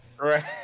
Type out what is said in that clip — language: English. Right